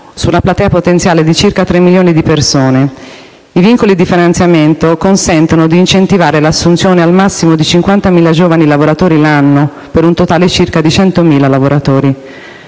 su una platea potenziale di circa 3 milioni di persone. I vincoli di finanziamento consentono di incentivare l'assunzione al massimo di 50.000 giovani lavoratori all'anno, per un totale di circa 100.000 lavoratori.